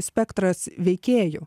spektras veikėjų